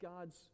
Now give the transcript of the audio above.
God's